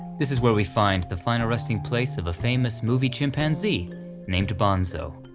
this is where we find the final resting place of a famous movie chimpanzee named bonzo.